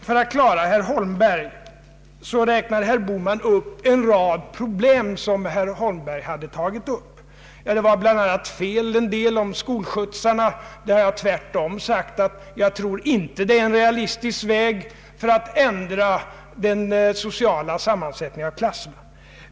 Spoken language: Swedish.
För att klara herr Holmberg räknade herr Bohman upp en rad problem som herr Holmberg tagit upp i sitt anförande i Linköping. En del av detta var felaktigt, bl.a. det om skolskjutsarna. Jag har tvärtom sagt att detta inte är en realistisk väg för att ändra den sociala sammansättningen av klasserna.